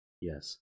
Yes